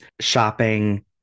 shopping